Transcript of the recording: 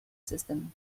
system